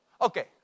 okay